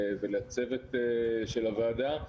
ולצוות של הוועדה.